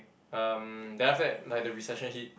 um then after that like the recession hit